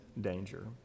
danger